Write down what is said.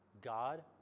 God